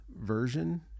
version